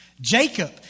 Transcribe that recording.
Jacob